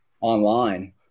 online